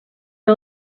que